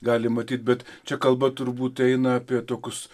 gali matyt bet čia kalba turbūt eina apie tokius